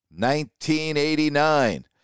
1989